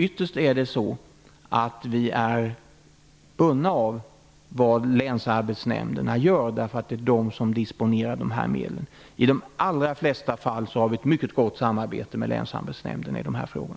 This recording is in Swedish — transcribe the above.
Ytterst är vi bundna av vad länsarbetsnämnderna gör. Det är dessa som disponerar medlen. I de allra flesta fall har vi ett mycket gott samarbete med länsarbetsämnderna i dessa frågor.